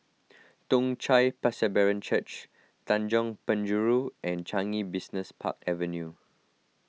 Toong Chai Presbyterian Church Tanjong Penjuru and Changi Business Park Avenue